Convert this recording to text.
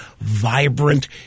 vibrant